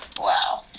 Wow